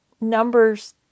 Numbers